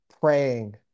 praying